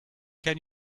can